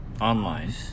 online